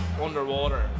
underwater